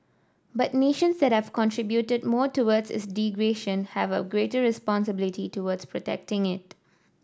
but nations that have contributed more towards its degradation have a greater responsibility towards protecting it